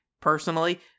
personally